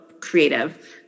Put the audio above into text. creative